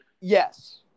Yes